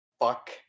Fuck